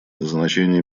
значение